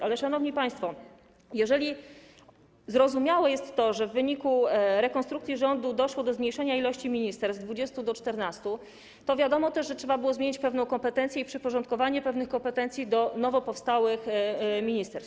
Ale, szanowni państwo, jeżeli zrozumiałe jest to, że w wyniku rekonstrukcji rządu doszło do zmniejszenia ilości ministerstw z 20 do 14, to wiadomo też, że trzeba było zmienić pewną kompetencję i przyporządkowanie pewnych kompetencji do nowo powstałych ministerstw.